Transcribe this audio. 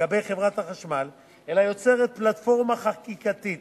לגבי חברת החשמל, אלא יוצרת פלטפורמה חקיקתית